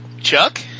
Chuck